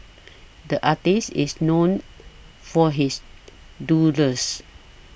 the artist is known for his doodles